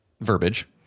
verbiage